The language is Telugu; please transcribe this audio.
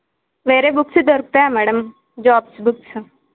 వేరే బుక్స్ దొరుకుతాయా మేడమ్ జాబ్స్ బుక్సు